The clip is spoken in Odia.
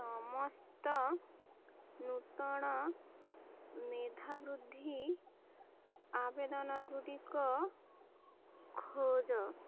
ସମସ୍ତ ନୂତନ ମେଧାବୃତ୍ତି ଆବେଦନ ଗୁଡ଼ିକ ଖୋଜ